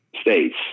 states